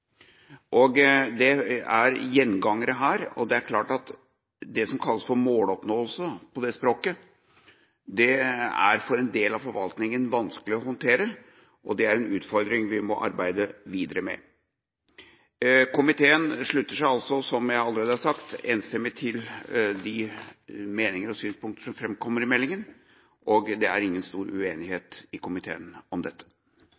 for en del av forvaltninga vanskelig å håndtere, og det er en utfordring vi må arbeide videre med. Komiteen slutter seg altså, som jeg allerede har sagt, enstemmig til de meninger og synspunkter som framkommer i meldinga, og det er ingen stor uenighet i komiteen om dette.